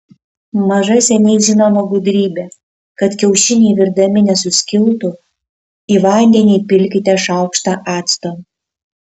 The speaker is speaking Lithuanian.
maža seniai žinoma gudrybė kad kiaušiniai virdami nesuskiltų į vandenį įpilkite šaukštą acto